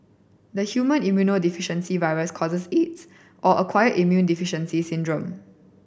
the human immunodeficiency virus causes Aids or acquired immune deficiency syndrome